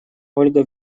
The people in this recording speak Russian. ольга